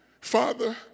Father